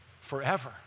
forever